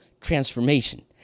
transformation